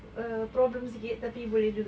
err problem sikit tapi boleh juga